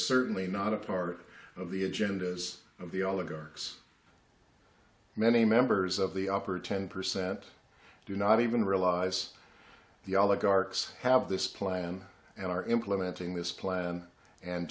certainly not a part of the agendas of the all the guards many members of the offer ten percent do not even realize the oligarchy have this plan and are implementing this plan and